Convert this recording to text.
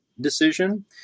decision